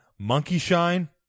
Monkeyshine